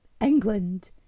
England